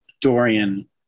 Dorian